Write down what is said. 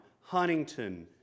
Huntington